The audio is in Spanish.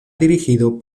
dirigido